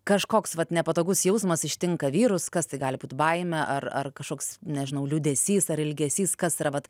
kažkoks vat nepatogus jausmas ištinka vyrus kas tai gali būt baimė ar ar kažkoks nežinau liūdesys ar ilgesys kas yra vat